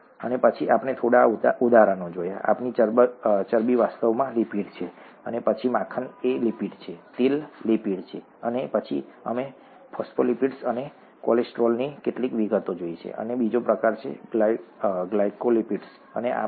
અને પછી આપણે થોડા ઉદાહરણો જોયા આપણી ચરબી વાસ્તવમાં લિપિડ છે અને પછી માખણ એ લિપિડ છે તેલ લિપિડ છે અને પછી અમે ફોસ્ફોલિપિડ્સ અને કોલેસ્ટ્રોલની કેટલીક વિગતો જોઈ છે અને બીજો પ્રકાર છે ગ્લાયકોલિપિડ્સ અને આ બધા